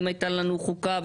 אם הייתה לנו חוקה,